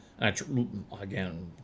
again